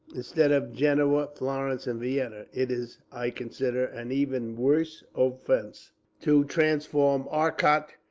instead of genoa, florence, and vienna it is, i consider, an even worse offence to transform arcot,